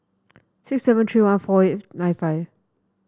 six seven three one four eight nine five